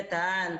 ליגת העל,